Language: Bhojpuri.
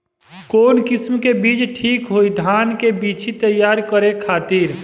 कवन किस्म के बीज ठीक होई धान के बिछी तैयार करे खातिर?